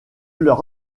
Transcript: leurs